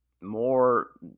more